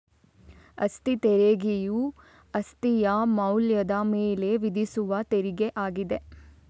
ಅಸ್ತಿ ತೆರಿಗೆಯು ಅಸ್ತಿಯ ಮೌಲ್ಯದ ಮೇಲೆ ವಿಧಿಸುವ ತೆರಿಗೆ ಆಗಿದೆ